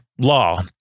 law